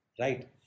right